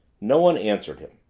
no one answered him.